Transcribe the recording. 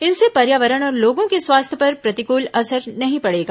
इनसे पर्यावरण और लोगों के स्वास्थ्य पर प्रतिकूल असर नहीं पड़ेगा